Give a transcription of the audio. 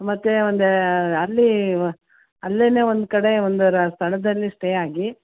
ಮತ್ತು ಒಂದು ಅಲ್ಲಿ ಅಲ್ಲಿಯೇ ಒಂದು ಕಡೆ ಒಂದು ಇರೋ ಸ್ಥಳದಲ್ಲಿ ಸ್ಟೇ ಆಗಿ